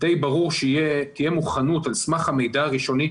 די ברור שתהיה מוכנות על סמך המידע הראשוני.